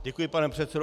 Děkuji, pane předsedo.